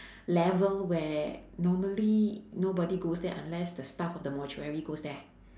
level where normally nobody goes there unless the staff of the mortuary goes there